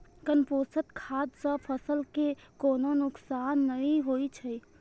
compost खाद सं फसल कें कोनो नुकसान नै होइ छै